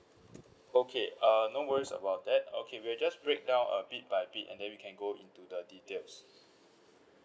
okay uh no worries about that okay we'll just break down a bit by bit and then we can go into the details